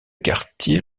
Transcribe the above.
quartier